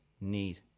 need